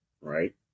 right